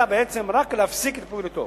אלא בעצם רק להפסיק את פעילותו.